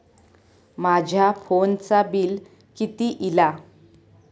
माझ्या फोनचा बिल किती इला?